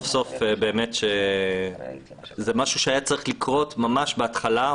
זה משהו שהיה צריך לקרות ממש בהתחלה,